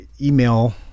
email